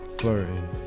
flirting